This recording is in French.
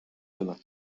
demain